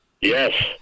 Yes